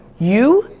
you,